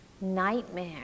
nightmare